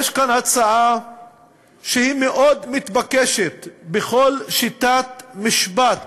יש כאן הצעה שהיא מאוד מתבקשת בכל שיטת משפט